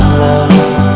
love